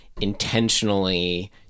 intentionally